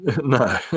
No